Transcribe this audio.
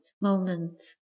moment